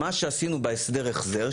מה שעשינו בהסדר החזר,